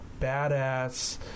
badass